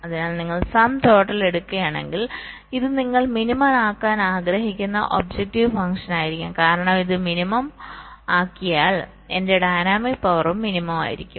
അതിനാൽ നിങ്ങൾ sum total എടുക്കുകയാണെങ്കിൽ ഇത് നിങ്ങൾ മിനിമം ആക്കാൻ ആഗ്രഹിക്കുന്ന ഒബ്ജക്റ്റീവ് ഫംഗ്ഷനായിരിക്കും കാരണം ഞാൻ ഇത് മിനിമം ആക്കിയാൽ എന്റെ ഡൈനാമിക് പവറും മിനിമം ആയിരിക്കും